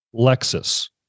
Lexus